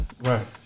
Right